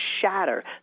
shatter